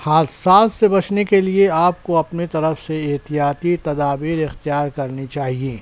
حادثات سے بچنے کے لیے آپ کو اپنی طرف سے احتیاطی تدابیر اختیار کرنی چاہیے